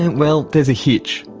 and well, there's a hitch.